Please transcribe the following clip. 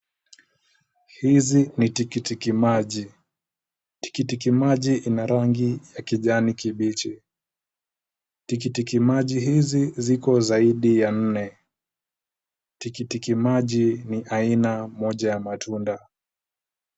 Hizi ni tikiti maji. Tikiti maji ina rangi ya kijani kibichi. Tikiti maji hizi ziko zaidi ya nne. Tikiti maji ni aina moja ya matunda.